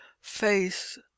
face